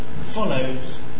follows